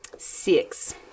Six